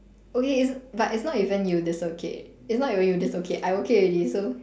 okay it's but it's not even you dislocate it's not even you dislocate I okay already so